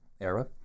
era